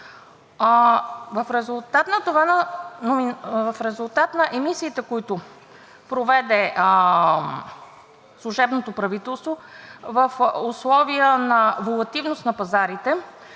В резултат на емисиите, които проведе служебното правителство в условия на волатилност на пазарите,